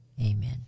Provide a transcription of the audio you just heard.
Amen